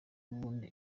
wundi